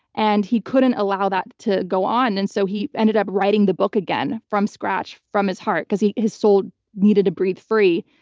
and he couldn't allow that to go on. and so he ended up writing the book again from scratch from his heart because his soul needed to breathe free.